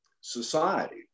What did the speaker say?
society